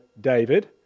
David